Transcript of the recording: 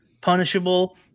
punishable